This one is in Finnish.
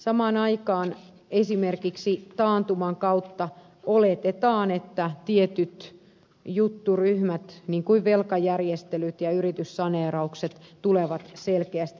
samaan aikaan esimerkiksi taantuman kautta oletetaan että tietyt jutturyhmät kuten velkajärjestelyt ja yrityssaneeraukset tulevat selkeästi lisääntymään